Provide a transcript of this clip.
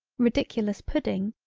ridiculous pudding,